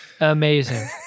Amazing